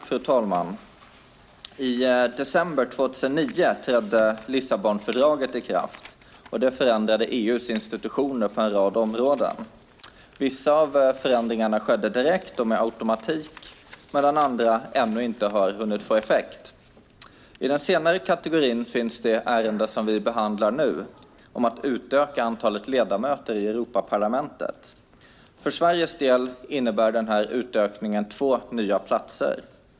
Fru talman! I december 2009 trädde Lissabonfördraget i kraft, och det förändrade EU:s institutioner på en rad områden. Vissa av förändringarna skedde direkt och med automatik medan andra ännu inte har hunnit få effekt. I den senare kategorin finns det ärende som vi behandlar nu om att utöka antalet ledamöter i Europaparlamentet. För Sveriges del innebär den här utökningen två nya platser.